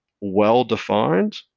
well-defined